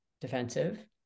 defensive